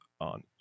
on